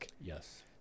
Yes